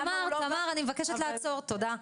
תמר אני מבקשת לעצור, תודה.